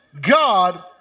God